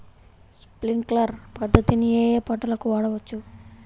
Sprinkler పద్ధతిని ఏ ఏ పంటలకు వాడవచ్చు?